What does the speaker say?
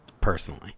personally